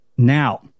Now